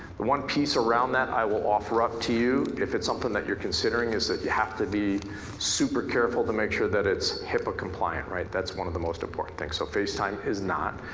one piece around that i will offer up to you, if it's something that you're considering is that you have to be super careful to make sure that it's hippa compliant, right. that's one of the most important things. so facetime is not,